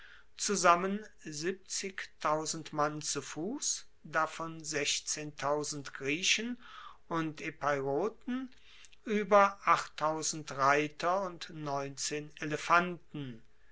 mann zu fuss davon griechen und epeiroten ueber reiter und elefanten